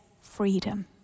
freedom